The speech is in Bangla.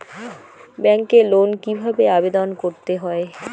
ব্যাংকে লোন কিভাবে আবেদন করতে হয়?